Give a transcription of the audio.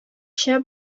шәп